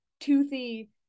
toothy